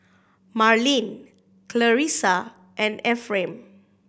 Marlene Clarisa and Ephraim